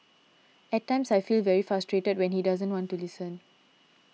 at times I feel very frustrated when he doesn't want to listen